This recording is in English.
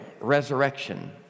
resurrection